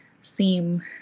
seem